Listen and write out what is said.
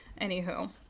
Anywho